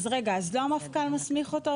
אז רגע, אז לא המפכ"ל מסמיך אותו?